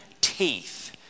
teeth